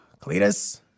Cletus